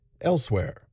elsewhere